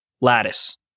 Lattice